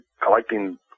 collecting